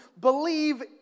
believe